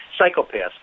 psychopaths